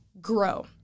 grow